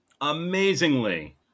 amazingly